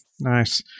Nice